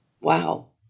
wow